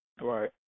Right